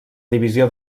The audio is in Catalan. divisió